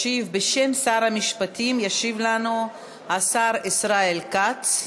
בשם שרת המשפטים ישיב לנו השר ישראל כץ.